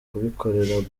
kubikorera